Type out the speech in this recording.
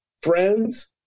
friends